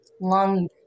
lung